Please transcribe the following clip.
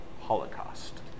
Holocaust